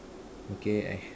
okay eh